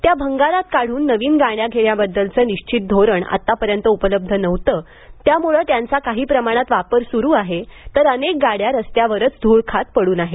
त्या भंगारात काढून नवीन गाड्या घेण्याबद्दलचं निश्वित धोरण आत्तापर्यंत उपलब्ध नव्हतं त्यामुळं त्यांचा काही प्रमाणात वापर सुरु आहे तर अनेक गाड्या रस्त्यावरच धूळ खात पड्न आहेत